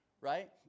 right